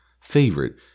favorite